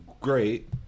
great